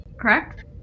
correct